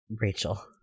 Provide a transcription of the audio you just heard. Rachel